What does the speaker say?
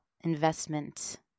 investment